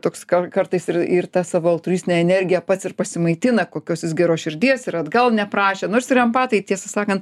toks kar kartais ir ir ta savo altruistine energija pats ir pasimaitina kokios jis geros širdies yra atgal neprašė nors ir empatai tiesą sakant